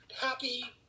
happy